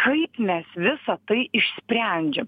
kaip mes visa tai išsprendžiam